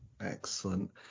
Excellent